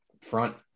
front